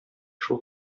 шул